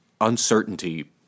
uncertainty